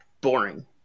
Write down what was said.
boring